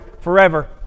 forever